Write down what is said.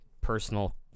personal